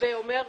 הווה אומר,